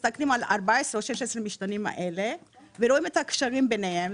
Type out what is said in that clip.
אנחנו מסתכלים על 14 או 16 משתנים האלה ורואים את הקשרים ביניהם.